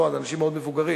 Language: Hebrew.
אלה אנשים מאוד מבוגרים.